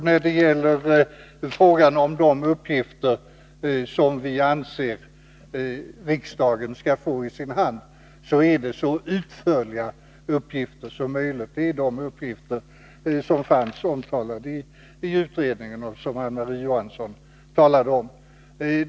Beträffande de uppgifter som utskottet anser att riksdagen skall få i sin hand, är det så utförliga uppgifter som möjligt. Det är de uppgifter som finns omtalade i utredningen och som Marie-Ann Johansson själv citerade.